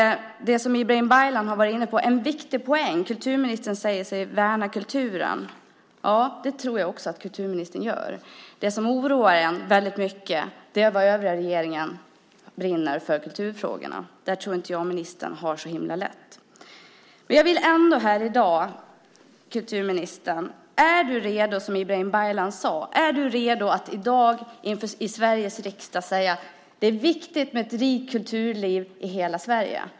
Ibrahim Baylan har varit inne på det och det är en viktig poäng: Kulturministern säger sig värna kulturen. Det tror jag också att kulturministern gör. Det som oroar en väldigt mycket är hur mycket övriga regeringen brinner för kulturfrågorna. Där tror jag inte att ministern har det så himla lätt. Jag vill ändå här i dag fråga kulturministern: Är du redo - som Ibrahim Baylan sade - att i dag i Sveriges riksdag säga att det är viktigt med ett rikt kulturliv i hela Sverige?